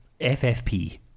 FFP